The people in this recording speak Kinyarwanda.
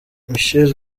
michael